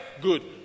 Good